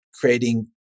creating